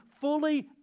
fully